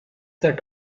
that